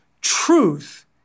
truth